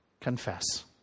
Confess